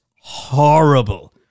horrible